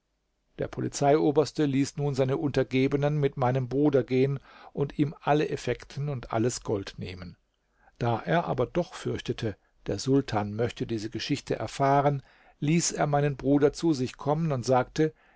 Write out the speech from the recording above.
der polizeioberste ließ nun seine untergebenen mit meinem bruder gehen und ihm alle effekten und alles gold nehmen da er aber doch fürchtete der sultan möchte diese geschichte erfahren ließ er meinen bruder zu sich kommen und sagte